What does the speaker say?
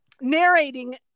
Narrating